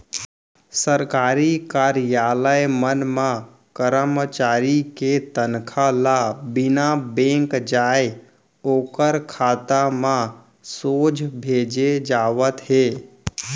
सरकारी कारयालय मन म करमचारी के तनखा ल बिना बेंक जाए ओखर खाता म सोझ भेजे जावत हे